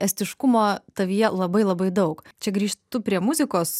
estiškumo tavyje labai labai daug čia grįžtu prie muzikos